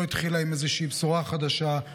לא התחילה עם איזושהי בשורה חדשה.